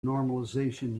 normalization